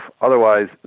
otherwise